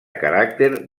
caràcter